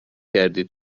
کردی